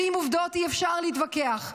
ועם עובדות אי-אפשר להתווכח,